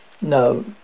No